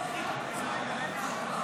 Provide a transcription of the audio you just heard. --- היו"ר משה סולומון: